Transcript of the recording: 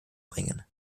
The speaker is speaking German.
bringen